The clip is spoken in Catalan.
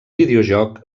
videojoc